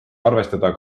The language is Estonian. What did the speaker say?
arvestada